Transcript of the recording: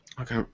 Okay